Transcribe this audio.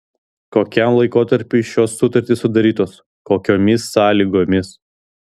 kokiam laikotarpiui šios sutartys sudarytos kokiomis sąlygomis